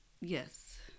Yes